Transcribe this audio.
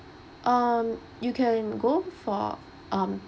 um you can go for um